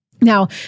Now